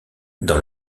dans